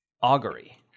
augury